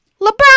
LeBron